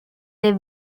des